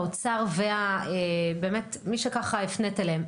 האוצר ובאמת מי שהפנית אליהם.